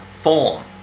form